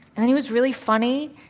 then he was really funny.